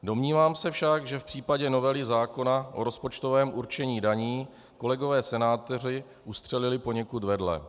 Domnívám se však, že v případě novely zákona o rozpočtovém určení daní kolegové senátoři ustřelili poněkud vedle.